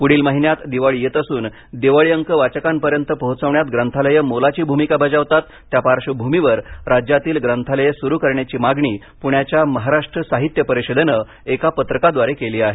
पुढील महिन्यात दिवाळी येत असून दिवाळी अंक वाचकांपर्यंत पोहोचवण्यात ग्रंथालयं मोलाची भूमिका बजावतात त्या पार्शवभूमीवर राज्यातील ग्रंथालये स्रु करण्याची मागणी प्ण्याच्या महाराष्ट्र साहित्य परिषदेनं एका पत्रकाद्वारे केली आहे